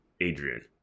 Adrian